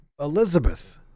Elizabeth